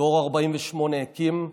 דור 48' הקים,